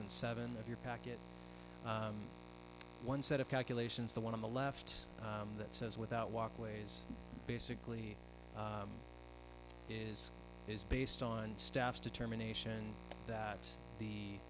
and seven of your package one set of calculations the one on the left that says without walkways basically is is based on staff determination that the